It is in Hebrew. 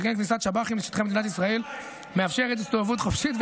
שכן כניסת השב"חים לשטחי מדינת ישראל מאפשרת הסתובבות חופשית,